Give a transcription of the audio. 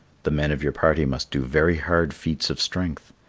the men of your party must do very hard feats of strength.